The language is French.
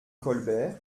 colbert